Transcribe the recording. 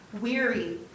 weary